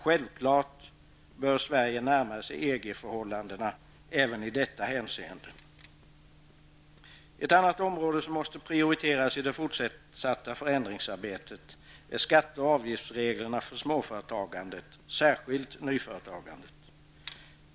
Självklart bör Sverige närma sig EG-förhållandena även i detta hänseende. Ett annat område som måste prioriteras i det fortsatta förändringsarbetet är skatte och avgiftsreglerna för småföretagandet, särskilt för nyföretagandet.